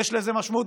יש לזה משמעות,